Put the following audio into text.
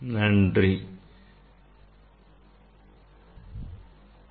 Thank you for your attention